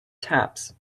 taps